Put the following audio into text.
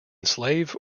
slave